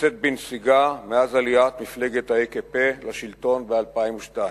נמצאת בנסיגה מאז עליית מפלגת ה-AKP לשלטון ב-2002.